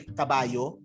kabayo